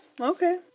Okay